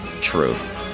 Truth